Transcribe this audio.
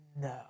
no